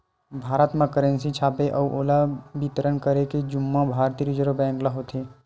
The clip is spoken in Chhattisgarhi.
भारत म करेंसी छापे अउ ओला बितरन करे के जुम्मा भारतीय रिजर्व बेंक ल होथे